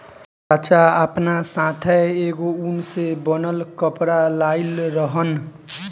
चाचा आपना साथै एगो उन से बनल कपड़ा लाइल रहन